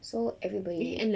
so everybody